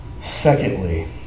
Secondly